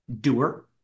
doer